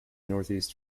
northeast